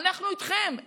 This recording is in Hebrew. אנחנו איתכם,